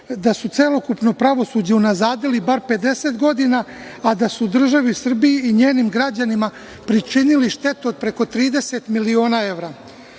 da su celokupno pravosuđe unazadili bar 50 godina, a da su državi Srbiji i njenim građanima pričinili štetu od preko 30 miliona evra.